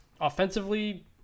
offensively